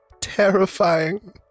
Terrifying